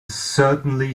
certainly